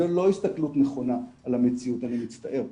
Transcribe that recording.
זו לא הסתכלות נכונה על המציאות, אני מצטער.